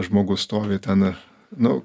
žmogus stovi ten nu